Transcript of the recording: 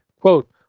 Quote